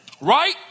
right